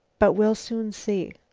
but we'll soon see.